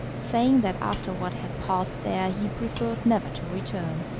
saying that after what had passed there he preferred never to return,